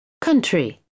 Country